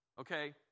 okay